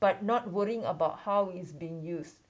but not worrying about how it's being used